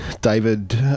David